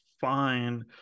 fine